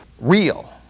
real